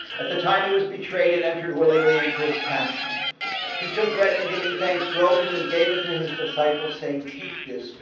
at the time he was betrayed and entered willingly into his passion he took bread, and giving thanks, broke it, and and gave it to his disciples saying take this,